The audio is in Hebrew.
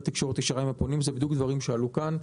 היעדר תקשורת ישירה עם הפונים אלה בדיוק דברים שעלו כאן.